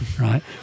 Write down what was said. right